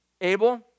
Abel